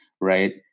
right